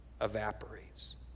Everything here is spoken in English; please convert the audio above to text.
evaporates